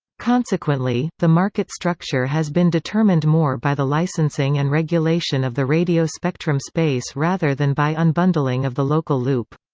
consequently, the market structure has been determined more by the licensing and regulation of the radio spectrum space rather than by unbundling of the local loop.